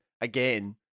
again